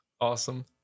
Awesome